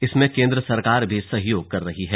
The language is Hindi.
इसमें केंद्र सरकार भी सहयोग कर रही है